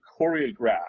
choreograph